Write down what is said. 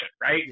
right